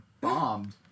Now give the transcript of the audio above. bombed